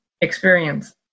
experience